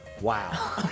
Wow